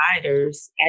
providers